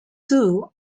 two